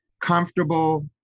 comfortable